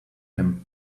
him